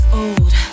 old